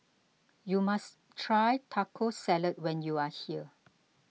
you must try Taco Salad when you are here